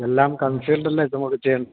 എല്ലാം കൺസീല്ഡല്ലേ ഇപ്പോള് മേടിച്ചത്